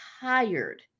tired